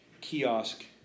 kiosk